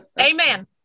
Amen